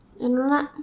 Internet